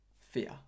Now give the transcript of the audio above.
fear